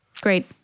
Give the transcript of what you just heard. Great